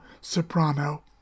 soprano